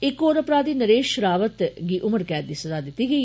इक होर अपराधी नरेश शेरावत होरें गी उम्र कैद दी सज़ा दिती गेई